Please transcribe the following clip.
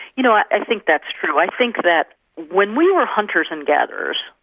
you know, i think that's true. i think that when we were hunters and gatherers,